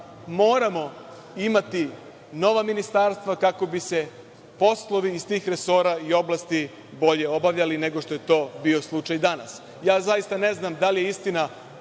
moramo imati nova ministarstva kako bi se poslovi iz tih resora i oblasti bolje obavljali nego što je to bio slučaj danas. Zaista ne znam da li je istina